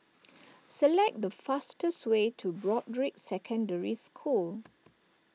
select the fastest way to Broadrick Secondary School